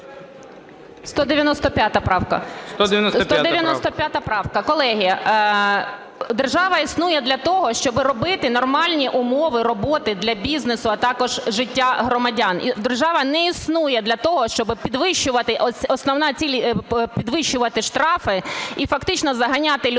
195 правка. Колеги, держава існує для того, щоб робити нормальні умови роботи для бізнесу, а також життя громадян. І держава не існує для того, щоб підвищувати, основна ціль